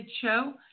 show